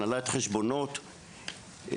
הנהלת חשבונות,